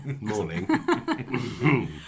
Morning